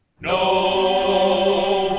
No